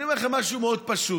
אני אומר לכם משהו מאוד פשוט: